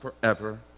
forever